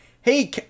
hey